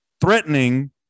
threatening